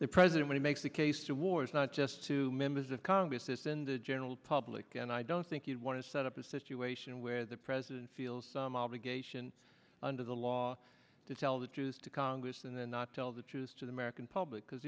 the president makes the case the war is not just to members of congress in the general public and i don't think you'd want to set up a situation where the president feels some obligation under the law to tell the truth to congress and then not tell the jews to the american public because